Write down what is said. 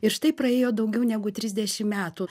ir štai praėjo daugiau negu trisdešim metų